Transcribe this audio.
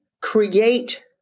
create